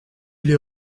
les